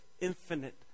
infinite